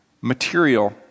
material